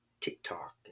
TikTok